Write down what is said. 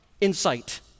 insight